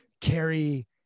carry